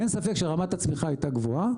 אין ספק שרמת הצמיחה הייתה גבוהה.